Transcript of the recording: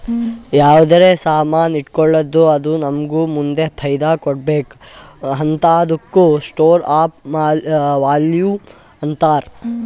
ಯಾವ್ದರೆ ಸಾಮಾನ್ ಇಟ್ಗೋಳದ್ದು ಅದು ನಮ್ಮೂಗ ಮುಂದ್ ಫೈದಾ ಕೊಡ್ಬೇಕ್ ಹಂತಾದುಕ್ಕ ಸ್ಟೋರ್ ಆಫ್ ವ್ಯಾಲೂ ಅಂತಾರ್